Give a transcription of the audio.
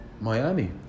Miami